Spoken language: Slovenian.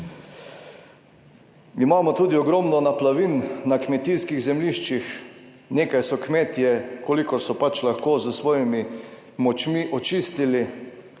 Imamo tudi ogromno naplavin na kmetijskih zemljiščih. Nekaj so kmetje, kolikor so pač lahko s svojimi močmi očistili,